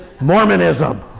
Mormonism